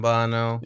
Bono